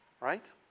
Right